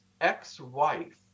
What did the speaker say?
ex-wife